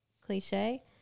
cliche